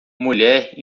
mulher